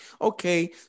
Okay